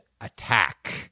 attack